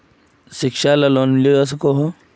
शिक्षा ला लोन लुबा सकोहो?